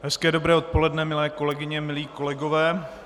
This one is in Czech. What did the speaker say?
Hezké odpoledne, milé kolegyně, milí kolegové.